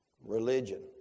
Religion